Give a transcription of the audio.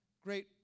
great